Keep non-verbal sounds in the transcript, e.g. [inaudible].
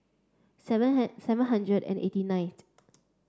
seven [unintelligible] seven hundred and eighty ninth